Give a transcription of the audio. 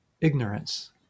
ignorance